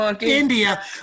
India